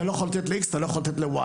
אתה לא יכול לתת ל-X, אתה לא יכול לתת ל-Y.